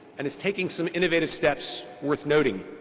and is taking some innovative steps worth noting.